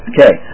Okay